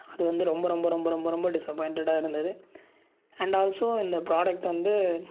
அது வந்து ரொம்ப ரொம்ப ரொம்ப ரொம்ப ரொம்ப டிஸ்அப்பாயிண்ட்டடாக இருந்தது அண்ட் ஆல்ஸோ இந்த ப்ரோடக்ட் வந்து